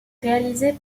réalisées